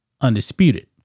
Undisputed